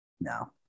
No